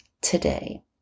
today